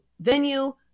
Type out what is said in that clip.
venue